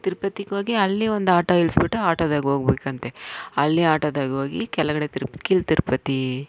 ತಿರುಪತಿಗೋಗಿ ಅಲ್ಲಿ ಒಂದು ಆಟೋ ಇಳ್ಸ್ಬಿಟ್ಟು ಆಟೋದಾಗೋಗ್ಬೇಕಂತೆ ಅಲ್ಲಿ ಆಟೋದಾಗೋಗಿ ಕೆಳಗಡೆ ತಿರುಪತಿ ಕೆಳ ತಿರುಪತಿ